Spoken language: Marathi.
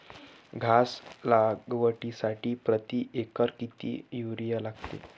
घास लागवडीसाठी प्रति एकर किती युरिया लागेल?